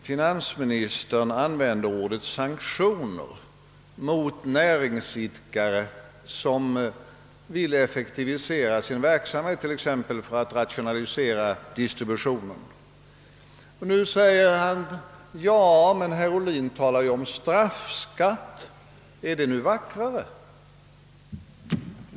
Finansministern använde uttrycket »sanktioner» mot näringsidkare som vill effektivisera sin verksamhet, t.ex. genom att rationalisera distributionen. Nu invänder han att jag talade om en straffskatt, och han frågar om det är ett vackrare ord.